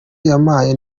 yampaye